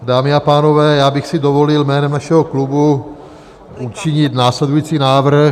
Dámy a pánové, já bych si dovolil jménem našeho klubu učinit následující návrh.